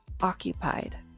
occupied